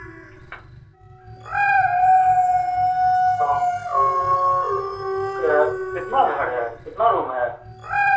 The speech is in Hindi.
तो क्या कितना घर है कितना रूम है